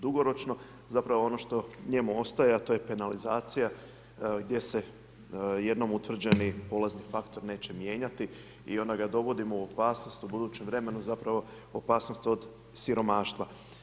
Dugoročno a to je ono što njemu ostaje a to je penalizacija gdje se jednom utvrđeni polazni faktor neće mijenjati i onda ga dovodimo u opasnost u budućem vremenu, zapravo opasnost od siromaštva.